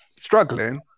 struggling